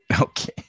Okay